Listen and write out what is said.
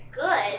good